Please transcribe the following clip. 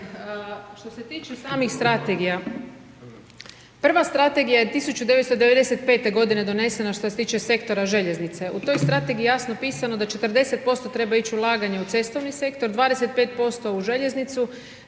Što se tiče samih strategija, prva strategija je 1995. g. donesena što se tiče sektora željeznica. U toj je strategiji jasno pisano, da 40% treba ići ulaganje u cestovni sektor, 25% u željeznicu,